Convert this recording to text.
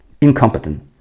incompetent